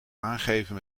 aangeven